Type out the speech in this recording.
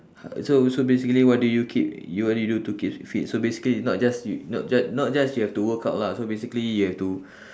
so so basically what do you keep you what do you do to keep fit so basically not just yo~ not just not just you have to workout lah so basically you have to